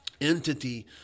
entity